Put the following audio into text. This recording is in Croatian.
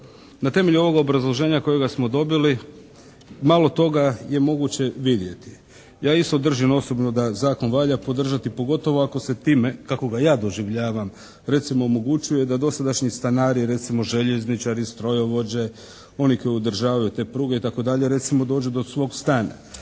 na temelju ovog obrazloženja kojega smo dobili malo toga je moguće vidjeti. Ja isto držim osobno da zakon valja podržati, pogotovo ako se time, kako ga ja doživljavam, recimo omogućuje da dosadašnji stanari, recimo željezničari, strojovođe, oni koji održavaju te pruge, itd. recimo dođu do svog stana.